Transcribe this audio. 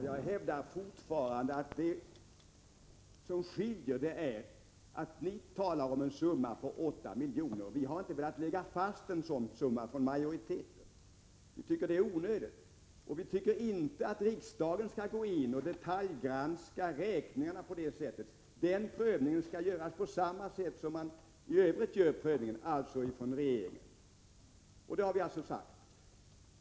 Herr talman! Jag vidhåller att det som skiljer är att ni talar om en summa på 8 miljoner, medan majoriteten inte har velat lägga fast en summa. Vi tycker det är onödigt. Vi tycker inte att riksdagen skall gå in och detaljgranska räkningarna på det sättet. Den prövningen skall göras på samma sätt som man gör prövningen i övrigt, således av regeringen. Det har vi alltså sagt.